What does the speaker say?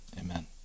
amen